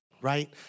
Right